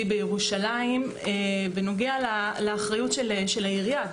בירושלים בנוגע לאחריות של העירייה.